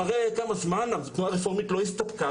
אחרי כמה זמן התנועה הרפורמית לא הסתפקה,